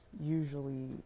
usually